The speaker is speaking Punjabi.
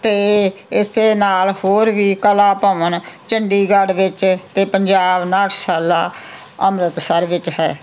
ਅਤੇ ਇਸ ਨਾਲ ਹੋਰ ਵੀ ਕਲਾ ਭਵਨ ਚੰਡੀਗੜ੍ਹ ਵਿੱਚ ਅਤੇ ਪੰਜਾਬ ਸਾਲਾ ਅੰਮ੍ਰਿਤਸਰ ਵਿੱਚ ਹੈ